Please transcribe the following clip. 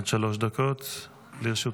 עד שלוש דקות לרשותך.